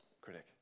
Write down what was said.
critic